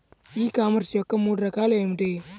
ఈ కామర్స్ యొక్క మూడు రకాలు ఏమిటి?